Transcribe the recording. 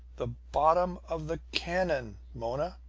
the bottom of the cannon, mona!